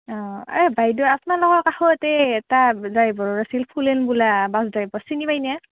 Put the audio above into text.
এই বাইদেউ আপ্নালোকৰ কাষতে এটা ড্ৰাইভাৰ আছিল ফুলেন বোলা বাছ ড্ৰাইভাৰ চিনি পাইনা